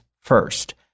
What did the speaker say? first